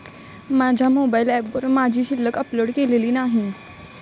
माझ्या मोबाइल ऍपवर माझी शिल्लक अपडेट केलेली नाही